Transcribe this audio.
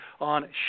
on